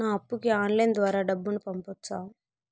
నా అప్పుకి ఆన్లైన్ ద్వారా డబ్బును పంపొచ్చా